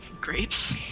grapes